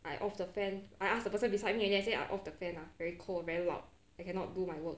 I off the fan I ask the person beside me and then say I off the fan ah very cold very loud I cannot do my work